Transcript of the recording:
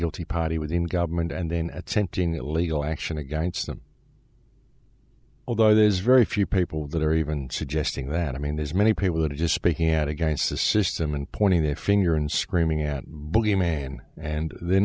guilty party within government and then at scenting legal action against them although there's very few people that are even suggesting that i mean there's many people that are just speaking out against the system and pointing their finger and screaming at blue man and they're